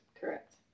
Correct